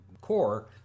core